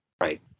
Right